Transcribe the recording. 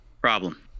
problem